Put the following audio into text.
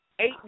eight